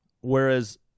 whereas